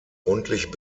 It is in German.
rundlich